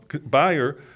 buyer